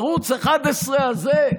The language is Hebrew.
ערוץ 11 הזה,